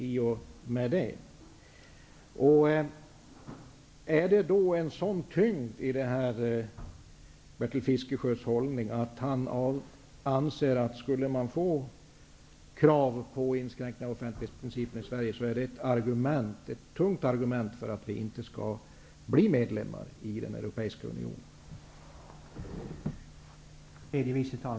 Anser Bertil Fiskesjö att krav på inskränkningar i offentlighetsprincipen i Sverige är ett tungt vägande argument för att vi inte skall bli medlemmar i den europeiska unionen?